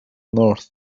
north